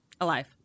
alive